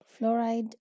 Fluoride